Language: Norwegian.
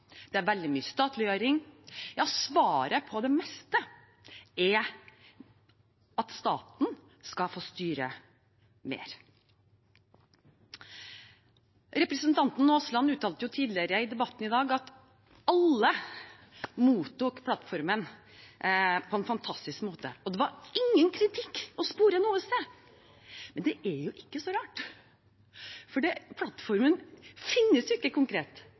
det er veldig mye statliggjøring – svaret på det meste er at staten skal få styre mer. Representanten Aasland uttalte tidligere i debatten i dag at alle mottok plattformen på en fantastisk måte, og at det var ingen kritikk å spore noe sted. Men det er jo ikke så rart, for plattformen finnes ikke konkret.